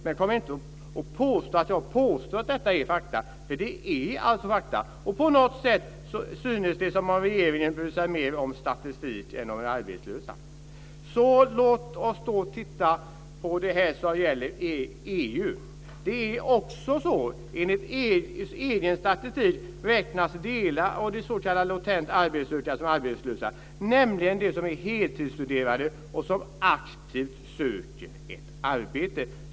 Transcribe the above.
Men kom inte och säg att jag påstår att detta är fakta. Det är fakta. På något sätt verkar det som om regeringen bryr sig mer om statistik än om de arbetslösa. Låt oss sedan titta på EU. Enligt EU:s egen statistik räknas delar av de s.k. latent arbetssökande som arbetslösa, nämligen de som är heltidsstuderande och aktivt söker ett arbete.